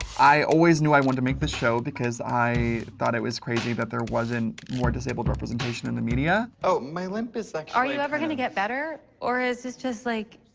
i always knew i wanted to make this show, because i thought it was crazy that there wasn't more disabled representation in the media. oh, my limp is actually like are you ever gonna get better, or is this just, like,